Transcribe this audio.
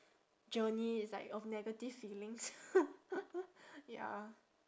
journey it's like of negative feelings ya